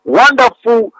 wonderful